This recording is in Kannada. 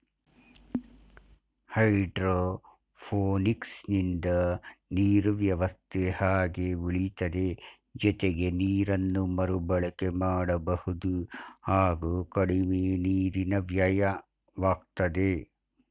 ಹೈಡ್ರೋಪೋನಿಕ್ಸಿಂದ ನೀರು ವ್ಯವಸ್ಥೆ ಹಾಗೆ ಉಳಿತದೆ ಜೊತೆಗೆ ನೀರನ್ನು ಮರುಬಳಕೆ ಮಾಡಬಹುದು ಹಾಗೂ ಕಡಿಮೆ ನೀರಿನ ವ್ಯಯವಾಗ್ತದೆ